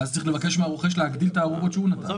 ואז צריך לבקש מהרוכש להגדיל את הערובות שהוא נתן.